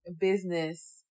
business